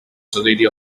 society